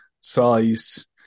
sized